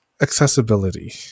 accessibility